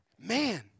Man